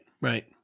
right